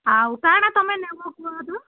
ଆଉ କାଣା ତୁମେ ନବ କୁହ ତ